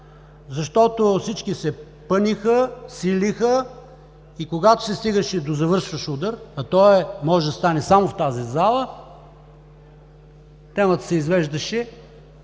Защото всички се пънеха, силеха и когато се стигаше до завършващ удар, а той може да стане само в тази зала, темата се извеждаше